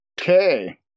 Okay